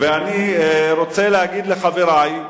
ואני רוצה להגיד לחברי,